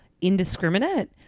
indiscriminate